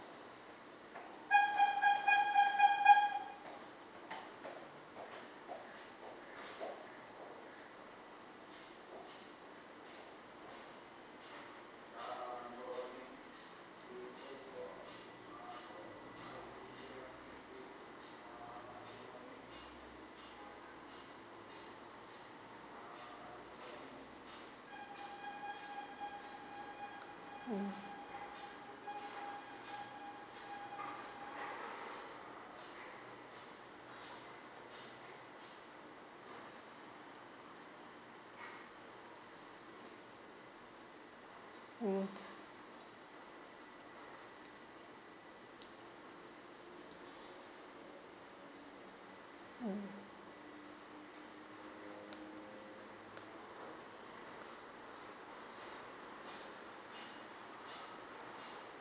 mm mm mm